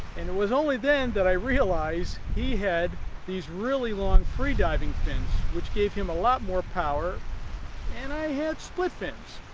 and it was only then that i realized he had these really long free diving fins which gave him a lot more power and i had split fins.